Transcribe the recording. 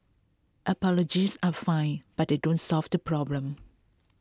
apologies are fine but they don't solve the problem